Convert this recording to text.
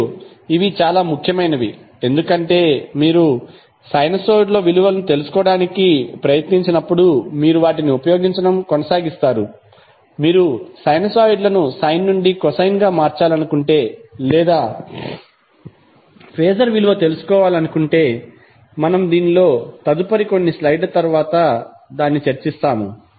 మరియు ఇవి చాలా ముఖ్యమైనవి ఎందుకంటే మీరు సైనోసైడ్ల విలువను తెలుసుకోవడానికి ప్రయత్నించినప్పుడు మీరు వాటిని ఉపయోగించడం కొనసాగిస్తారు మీరు సైనోసైడ్లను సైన్ నుండి కొసైన్ గా మార్చాలనుకుంటే లేదా ఫేజర్ విలువను తెలుసుకోవాలనుకుంటే మనము దీనిలో తదుపరి కొన్ని స్లైడ్ల తరువాత చర్చిస్తాము